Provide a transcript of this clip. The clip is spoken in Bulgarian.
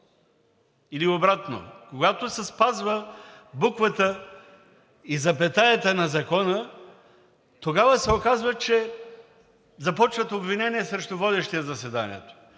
Или обратното, когато се спазва буквата и запетаята на закона, тогава се оказва, че започват обвинения срещу водещия заседанието,